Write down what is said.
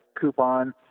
coupon